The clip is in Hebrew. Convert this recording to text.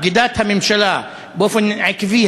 בגידת הממשלה באופן עקבי,